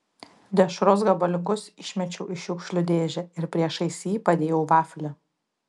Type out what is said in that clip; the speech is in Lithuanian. dešros gabaliukus išmečiau į šiukšlių dėžę ir priešais jį padėjau vaflį